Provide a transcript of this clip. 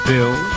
Bill